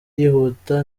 yihuta